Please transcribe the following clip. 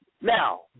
Now